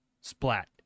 Splat